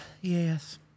Yes